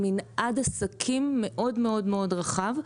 עם מנעד עסקים מאוד-מאוד רחב,